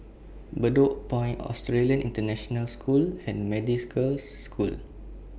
Bedok Point Australian International School and Methodist Girls' School